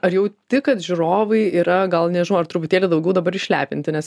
ar jauti kad žiūrovai yra gal nežinau ar truputėlį daugiau dabar išlepinti nes